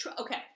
okay